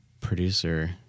producer